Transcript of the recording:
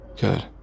Good